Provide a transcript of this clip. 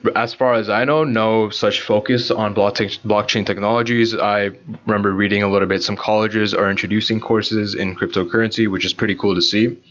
but as far as i know no such focus on blockchain blockchain technologies. i remember reading a little bit. some colleges are introducing courses in cryptocurrency, which is pretty cool to see.